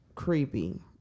Creepy